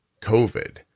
COVID